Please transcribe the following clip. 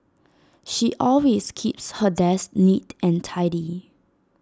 she always keeps her desk neat and tidy